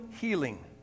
Healing